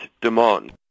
demand